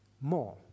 more